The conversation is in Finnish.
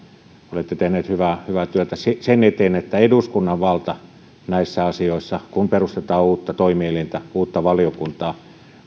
olette tehneet hyvää hyvää työtä sen eteen että eduskunnan valta rooli näissä asioissa kun perustetaan uutta toimielintä uutta valiokuntaa